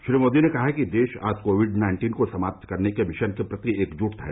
श्री मोदी ने कहा कि देश आज कोविड नाइन्टीन को समाप्त करने के मिशन के प्रति एकजुट है